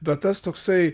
bet tas toksai